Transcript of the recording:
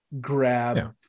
grab